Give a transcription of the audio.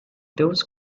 doves